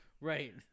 Right